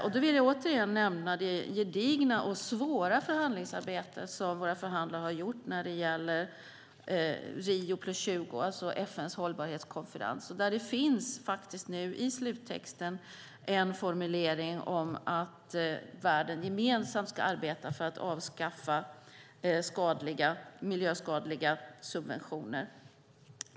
Jag vill återigen nämna det gedigna och svåra förhandlingsarbete som våra förhandlare har gjort när det gäller Rio + 20, alltså FN:s hållbarhetskonferens, där det nu faktiskt i sluttexten finns en formulering om att världen gemensamt ska arbeta för att avskaffa miljöskadliga subventioner.